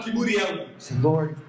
Lord